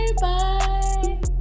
Bye